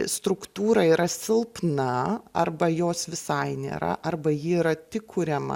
struktūra yra silpna arba jos visai nėra arba ji yra tik kuriama